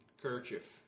Kerchief